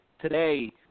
today